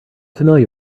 familiar